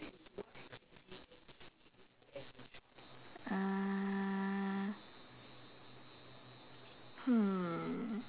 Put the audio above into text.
uh hmm